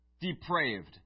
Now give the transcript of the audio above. depraved